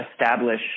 establish